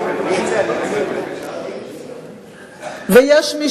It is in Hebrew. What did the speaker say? ויש מי